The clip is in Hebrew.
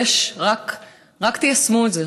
רק תיישמו את זה,